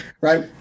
Right